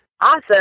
Awesome